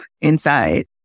inside